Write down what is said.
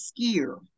skier